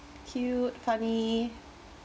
cute funny